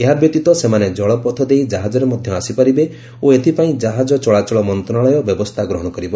ଏହା ବ୍ୟତୀତ ସେମାନେ ଜଳପଥ ଦେଇ ଜାହାଜରେ ମଧ୍ୟ ଆସିପାରିବେ ଓ ଏଥିପାଇଁ ଜାହାଜ ଚଳାଚଳ ମନ୍ତ୍ରଣାଳୟ ବ୍ୟବସ୍ଥା ଗ୍ରହଣ କରିବ